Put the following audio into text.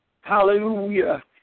Hallelujah